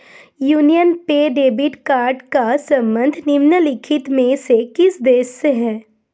Union Pay debit card का संबंध निम्नलिखित में से किस देश से है?